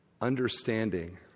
understanding